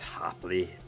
happily